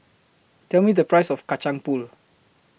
Tell Me The Price of Kacang Pool